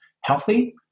healthy